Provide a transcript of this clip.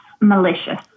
malicious